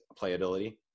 playability